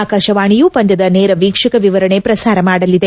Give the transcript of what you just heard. ಆಕಾಶವಾಣಿಯು ಪಂದ್ಯದ ನೇರ ವೀಕ್ಷಕ ವಿವರಣೆ ಪ್ರಸಾರ ಮಾಡಲಿದೆ